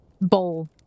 bowl